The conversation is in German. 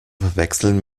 verwechseln